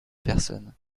personnes